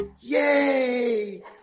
Yay